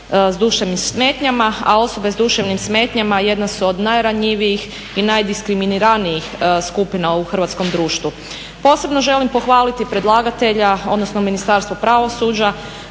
sa duševnim smetnjama. A osobe s duševnim smetnjama jedna su od najranjivijih i najdiskriminiranijih skupina u hrvatskom društvu. Posebno želim pohvaliti predlagatelja, odnosno Ministarstvo pravosuđa